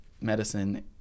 medicine